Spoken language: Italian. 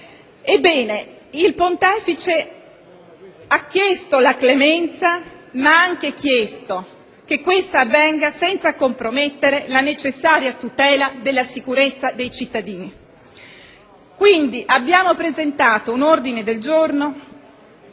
Ebbene, il Pontefice ha chiesto la clemenza, ma ha anche chiesto che ciò avvenga senza compromettere la necessaria tutela della sicurezza dei cittadini. Abbiamo presentato quindi un ordine del giorno